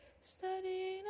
studying